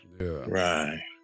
Right